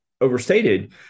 overstated